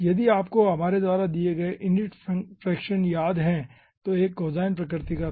यदि आपको हमारे द्वारा दिए गए init फ्रैक्शन याद हो जो कि एक कोसाइन प्रकृति का था